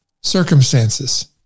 circumstances